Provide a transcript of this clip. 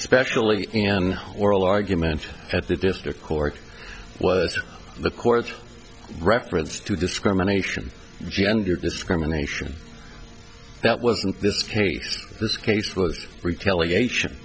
especially in oral argument at the district court was the court's reference to discrimination gender discrimination that was in this case this case was retaliation